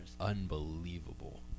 Unbelievable